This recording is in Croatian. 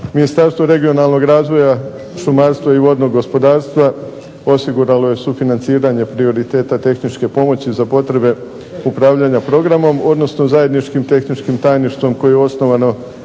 Ministarstvo regionalnog razvoja šumarstva i vodnog gospodarstva osiguralo je sufinanciranje prioriteta tehničke pomoći za potrebe upravljanja programom, odnosno zajedničkim tehničkim tajništvom koje je osnovano